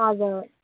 हजुर